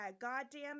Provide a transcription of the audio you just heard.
goddamn